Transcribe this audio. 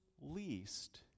least